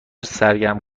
سرگرم